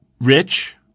rich